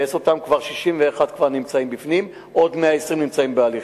61 כבר נמצאים בפנים, עוד 120 נמצאים בהליכים.